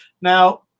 Now